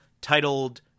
titled